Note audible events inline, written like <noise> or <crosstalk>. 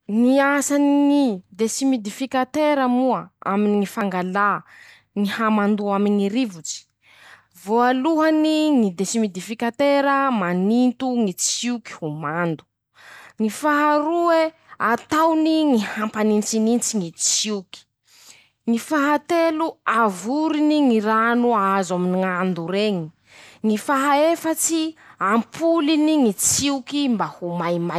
Ñy asany ñy deshumidificatera moa aminy ñy fangala ñy hamandoa aminy ñy rivotsy: -Voalohany ñy deshumidificatera maninto ñy tsioky ho mando. <shushes> ñy faharoe ataony ñy hampanintsinintsy ñy tsioky. -ñy fahatelo. avoriny ñy rano azo aminy ñ'ando reñy. -ñy faha efatsy. ampoliny ñy tsioky mba ho maimaiky.